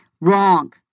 Wrong